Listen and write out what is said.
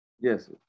Yes